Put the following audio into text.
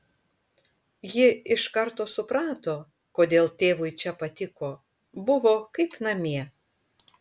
ji iš karto suprato kodėl tėvui čia patiko buvo kaip namie